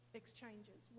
exchanges